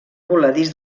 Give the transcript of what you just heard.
voladís